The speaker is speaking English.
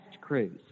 cruise